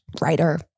writer